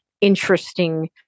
interesting